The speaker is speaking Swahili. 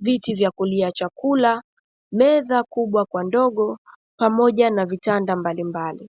viti vya kulia chakula, meza kubwa kwa ndogo pamoja na vitanda mbalimbali.